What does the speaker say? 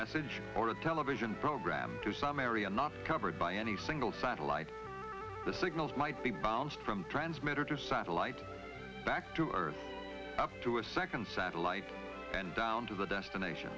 message or a television program to some area not covered by any single satellite the signals might be bounced from transmitter to satellite back to earth up to a second satellite then down to the destination